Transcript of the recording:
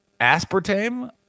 aspartame